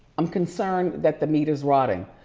i'm concerned that the meat is rotting.